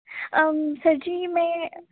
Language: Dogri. सर जी में